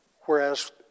Whereas